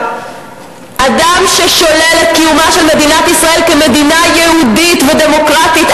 אדם ששולל את קיומה של מדינת ישראל כמדינה יהודית ודמוקרטית,